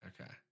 Okay